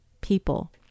people